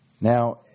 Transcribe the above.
Now